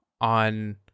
on